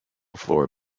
floor